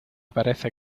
parece